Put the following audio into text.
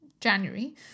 January